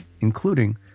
including